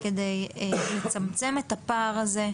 כדי לצמצם את הפער הזה,